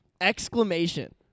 exclamation